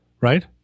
right